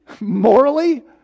morally